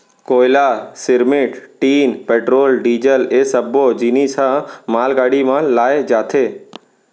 कोयला, cement, tin, petrol, diesel ए सब्बो जिनिस ह मालगाड़ी म लाए जाथे